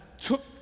took